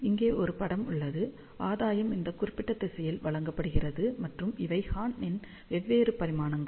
இங்கே ஒரு படம் உள்ளது ஆதாயம் இந்த குறிப்பிட்ட திசையில் வழங்கப்படுகிறது மற்றும் இவை ஹார்னின் வெவ்வேறு பரிமாணங்கள்